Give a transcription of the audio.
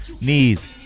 Knees